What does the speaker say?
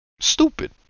Stupid